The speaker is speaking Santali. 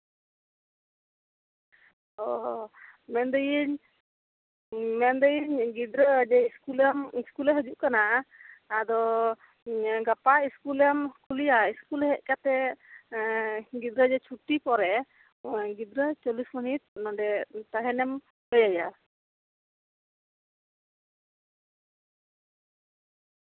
ᱢᱮᱱᱫᱟᱹᱧ ᱜᱤᱫᱽᱨᱟᱹ ᱡᱮ ᱤᱥᱠᱩᱞᱮ ᱦᱤᱡᱩᱜ ᱠᱟᱱᱟ ᱟᱫᱚ ᱜᱟᱯᱟ ᱤᱥᱠᱩᱞᱮᱢ ᱠᱩᱞᱮᱭᱟ ᱤᱥᱠᱩᱞ ᱦᱮᱡ ᱠᱟᱛᱮ ᱜᱤᱫᱽᱨᱟᱹ ᱡᱮ ᱪᱷᱩᱴᱤ ᱯᱚᱨᱮ ᱜᱤᱫᱽᱨᱟᱹ ᱪᱚᱞᱞᱤᱥ ᱢᱚᱱᱚᱴ ᱱᱚᱸᱰᱮ ᱛᱟᱦᱮᱱ ᱮᱢ ᱞᱟᱹᱭᱟᱭᱟ